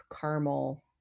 caramel